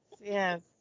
yes